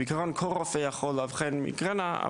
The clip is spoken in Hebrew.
בעיקרון כל רופא יכול לאבחן מיגרנה,